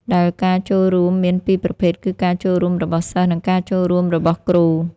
ដែលការចូលរួមមានពីរប្រភេទគឺការចូលរួមរបស់សិស្សនិងការចូលរួមរបស់គ្រូ។